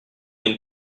une